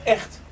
Echt